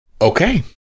Okay